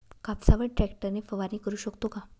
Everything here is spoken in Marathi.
कापसावर ट्रॅक्टर ने फवारणी करु शकतो का?